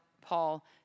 Paul